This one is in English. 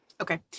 Okay